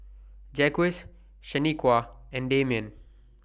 Jacques Shaniqua and Damian